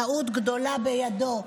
טעות גדולה בידו.